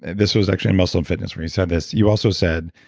and this was actually in muscle and fitness when you said this, you also said,